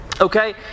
Okay